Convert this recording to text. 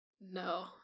No